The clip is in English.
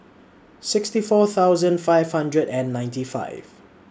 sixty four thousand five hundred and ninety five